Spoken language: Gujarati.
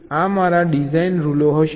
આ મારા ડિઝાઇન રૂલો હશે